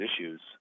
issues